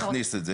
להכניס את זה.